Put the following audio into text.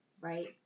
right